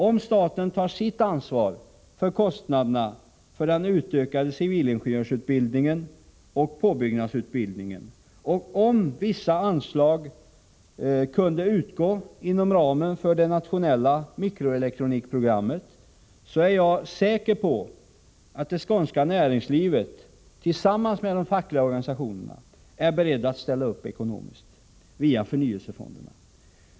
Om staten tar sitt ansvar för kostnaderna för den utökade civilingenjörsutbildningen och påbyggnadsutbildningen och om vissa anslag kunde utgå inom ramen för det nationella mikroelektronikprogrammet, är jag säker på att det skånska näringslivet tillsammans med de fackliga organisationerna är berett att ställa upp ekonomiskt via förnyelsefonderna.